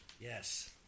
Yes